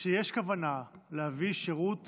שיש כוונה להביא שירות